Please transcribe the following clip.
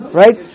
right